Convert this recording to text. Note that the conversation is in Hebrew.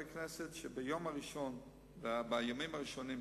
חברי הכנסת, שביום הראשון ובימים הראשונים,